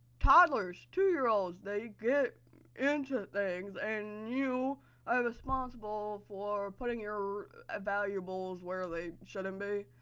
toddlers, two-year-olds, they get into things and you are responsible for putting your ah valuables where they shouldn't be.